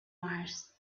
mars